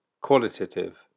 qualitative